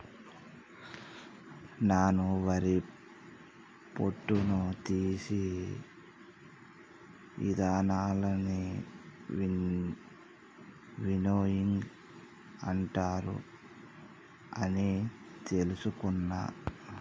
నాను వరి పొట్టును తీసే ఇదానాలన్నీ విన్నోయింగ్ అంటారు అని తెలుసుకున్న